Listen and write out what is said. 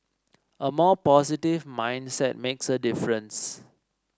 a more positive mindset makes a difference